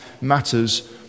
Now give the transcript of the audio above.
matters